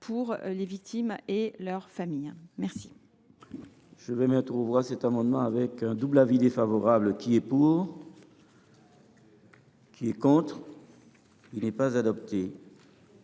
pour les victimes et leur famille. Je